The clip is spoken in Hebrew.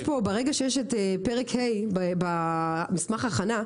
ברגע שיש את פרק ה' במסמך ההכנה,